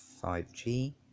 5G